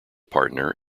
partner